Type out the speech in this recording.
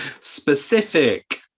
Specific